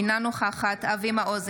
אינה נוכחת אבי מעוז,